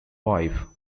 wife